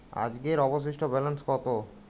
আজকের অবশিষ্ট ব্যালেন্স কত?